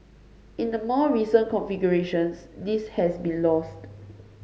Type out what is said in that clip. in the more recent configurations this has been lost